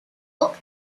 book